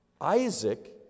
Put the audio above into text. Isaac